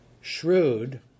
shrewd